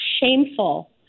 shameful